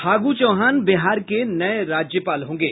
फागु चौहान बिहार के नये राज्यपाल होंगे